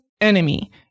enemy